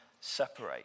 separate